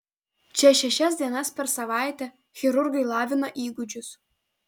čia šešias dienas per savaitę chirurgai lavina įgūdžius